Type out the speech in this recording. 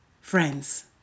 friends